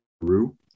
Peru